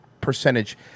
percentage